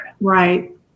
Right